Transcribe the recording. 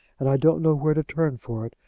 and i don't know where to turn for it,